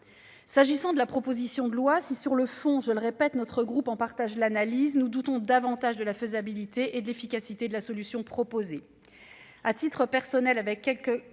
S'agissant de la proposition de loi, si, sur le fond, notre groupe en partage l'analyse, nous doutons davantage de la faisabilité et de l'efficacité de la solution proposée.